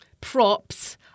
props